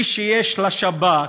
מי שיש לשב"כ,